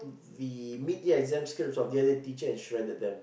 the mid year exam script of the other teacher and shredded them